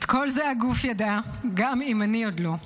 "את כל זה הגוף ידע גם אם אני עוד לא.